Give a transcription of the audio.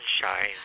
sunshine